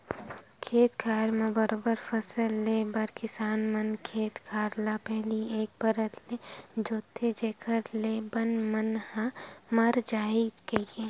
खेत खार म बरोबर फसल ले बर किसान मन खेत खार ल पहिली एक परत के जोंतथे जेखर ले बन मन ह मर जाही कहिके